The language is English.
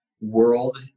world